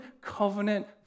covenant